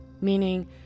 meaning